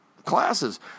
Classes